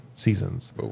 Seasons